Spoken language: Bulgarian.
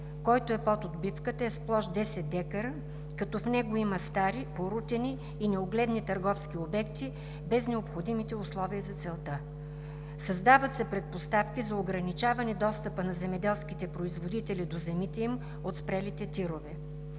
който е под отбивката, е с площ 10 декара, като в него има стари, порутени и неугледни търговски обекти, без необходимите условия за целта. Създават се предпоставки за ограничаване достъпа на земеделските производители до земите им от спрелите тирове.